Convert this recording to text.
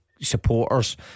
supporters